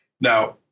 Now